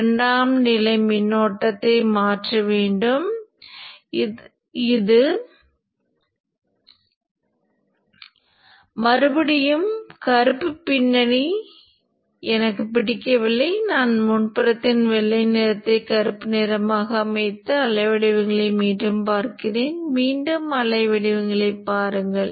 இங்குள்ள டையோடு மின்னோட்டமும் பக் மாற்றியும் சர்க்யூட் L மற்றும் C பற்றி நாம் விவாதித்ததைப் போலவே மதிப்பிடப்படும்